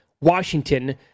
Washington